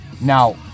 Now